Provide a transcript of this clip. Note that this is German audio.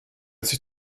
sich